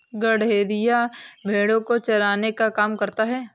गड़ेरिया भेड़ो को चराने का काम करता है